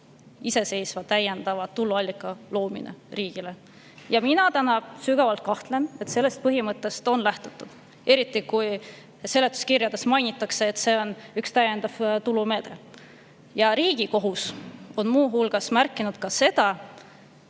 iseseisva täiendava tuluallika loomine riigile. Ja mina sügavalt kahtlen, et sellest põhimõttest on lähtutud, eriti kui seletuskirjades mainitakse, et see on üks täiendav tulumeede. Riigikohus on muu hulgas märkinud ka seda,